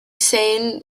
san